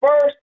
first